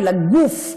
של הגוף,